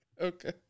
Okay